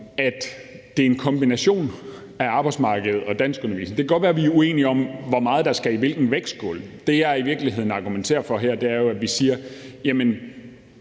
at det er en kombination af arbejdsmarkedet og danskundervisningen. Det kan godt være, vi er uenige om, hvor meget der skal i hvilken vægtskål. Det, jeg i virkeligheden argumenterer for her, er jo, at vi siger: Det